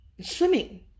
swimming